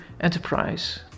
enterprise